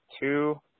Two